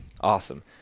awesome